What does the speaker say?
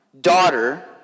daughter